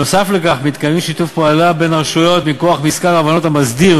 נוסף על כך מתקיימים שיתופי פעולה בין הרשויות מכוח מזכר הבנות המסדיר